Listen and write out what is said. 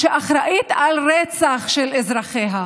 שאחראית על רצח של אזרחיה?